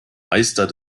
meister